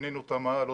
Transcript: פינינו את המאהל,